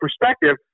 perspective